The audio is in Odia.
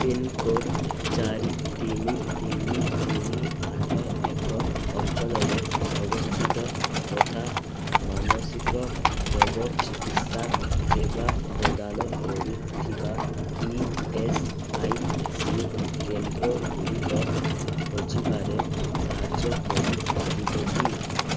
ପିନ୍କୋଡ଼୍ ଚାରି ତିନି ତିନି ତିନି ଆଠ ଏକ ଅଞ୍ଚଳରେ ଅବସ୍ଥିତ ତଥା ମାନସିକ ରୋଗ ଚିକିତ୍ସା ସେବା ପ୍ରଦାନ କରୁଥିବା ଇ ଏସ୍ ଆଇ ସି କେନ୍ଦ୍ରଗୁଡ଼ିକ ଖୋଜିବାରେ ସାହାଯ୍ୟ କରିପାରିବେ କି